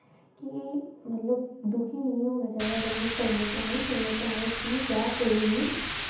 news असें मतलब जेहड़ी बी सानू कोई इनॅफार्मेशन जां कोई बी होई जा